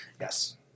Yes